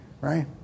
right